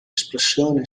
espressione